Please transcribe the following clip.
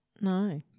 No